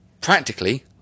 practically